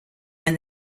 when